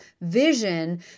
vision